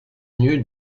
new